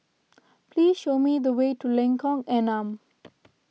please show me the way to Lengkong Enam